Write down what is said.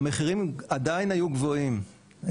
המחירים עדיין היו גבוהים,